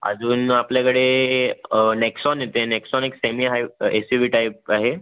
अजून आपल्याकडे हे नेक्सॉन येते नेक्सॉन एक सेमी आहे एस यू वी टाईप आहे